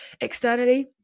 externally